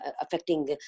affecting